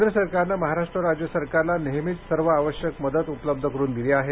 केंद्र सरकारनं महाराष्ट्र राज्य सरकारला नेहेमीच सर्व आवश्यक मदत उपलब्ध करून दिली आहे